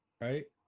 right